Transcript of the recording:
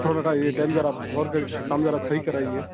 تھوڑا سا یہ ٹائم ذرا غور کر کے کام ذرا صحیح کرائیے